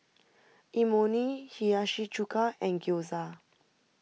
Imoni Hiyashi Chuka and Gyoza